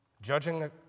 Judging